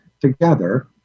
together